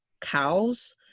cows